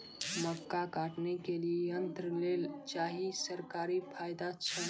मक्का काटने के लिए यंत्र लेल चाहिए सरकारी फायदा छ?